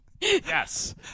Yes